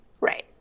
right